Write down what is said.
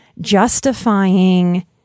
justifying